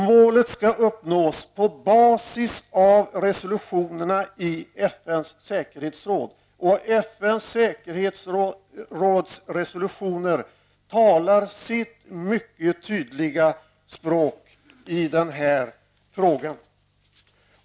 Målet skall uppnås på basis av resolutionerna i FNs säkerhetsråd, och dessa resolutioner talar sitt mycket tydliga språk vad gäller den här frågan.